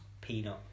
Peanut